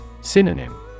Synonym